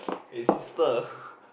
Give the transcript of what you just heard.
aye sister